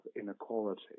inequality